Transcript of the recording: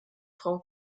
frau